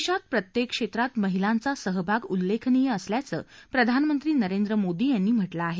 देशात प्रत्येक क्षेत्रात महिलांचा सहभाग उल्लेखनीय असल्याचं प्रधानमंत्री नरेंद्र मोदी यांनी म्हटलं आहे